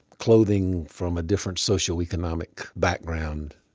clothing from a different socio-economic background.